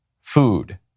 Food